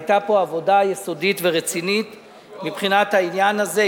היתה פה עבודה יסודית ורצינית מבחינת העניין הזה,